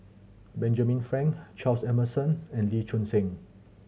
Benjamin Frank Charles Emmerson and Lee Choon Seng